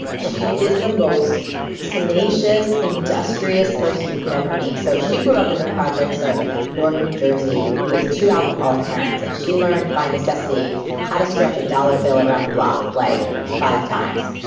she is the most tenacious, industrious person you could ever meet. so she grew up in the projects of newark, new jersey with two alcoholic parents and she learned by necessity how to stretch a dollar bill around the block like five times.